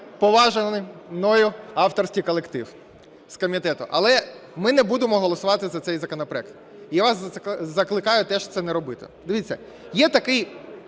поважаний мною авторський колектив з комітету. Але ми не будемо голосувати за цей законопроект, я вас закликаю теж це не робити. Дивіться, є такий